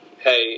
hey